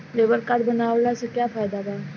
Labour card बनवाला से का फायदा बा?